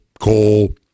coal